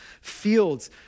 fields